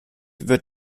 wird